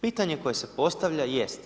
Pitanje koje se postavlja, jest.